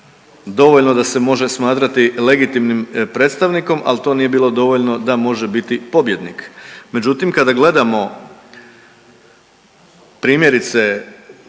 dovoljno da se može smatrati legitimnim predstavnikom, al to nije bilo dovoljno da može biti pobjednik. Međutim kada gledamo primjerice